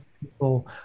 people